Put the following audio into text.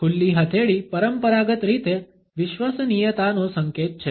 ખુલ્લી હથેળી પરંપરાગત રીતે વિશ્વસનીયતાનો સંકેત છે